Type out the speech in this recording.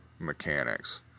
Mechanics